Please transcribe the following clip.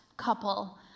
couple